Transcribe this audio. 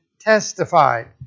testified